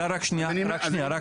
אז